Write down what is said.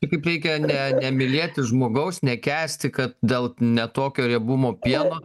kaip reikia ne nemylėti žmogaus nekęsti kad dėl ne tokio riebumo pieno